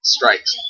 Strikes